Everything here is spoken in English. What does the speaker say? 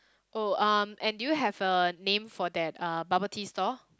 oh um and do you have a name for that uh bubble tea store